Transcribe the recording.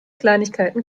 kleinigkeiten